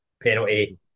Penalty